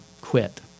quit